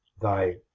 thy